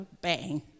bang